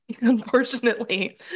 Unfortunately